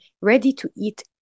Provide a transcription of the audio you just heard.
ready-to-eat